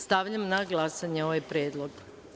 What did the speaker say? Stavljam na glasanje ovaj predlog.